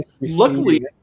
luckily